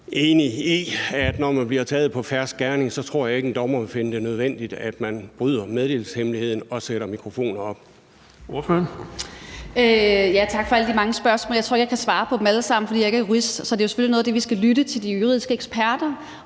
enig i, at når man bliver taget på fersk gerning, vil en dommer ikke finde det nødvendigt, at man bryder meddelelseshemmeligheden og sætter mikrofoner op?